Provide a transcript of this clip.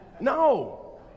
No